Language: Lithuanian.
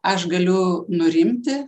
aš galiu nurimti